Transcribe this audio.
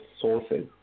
sources